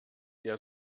der